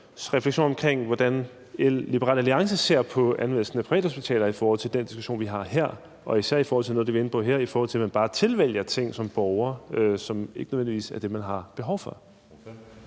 refleksion over, hvordan Liberal Alliance ser på anvendelsen af privathospitaler i forhold til den diskussion, vi har her, og især i forhold til noget af det, vi er inde på her, i forhold til at man bare tilvælger ting som borger, men som ikke nødvendigvis er det, man har behov for.